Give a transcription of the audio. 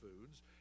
foods